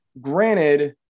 Granted